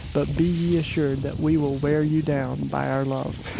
but be ye assured that we will wear you down by our love.